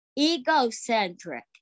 egocentric